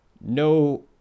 no